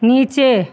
नीचे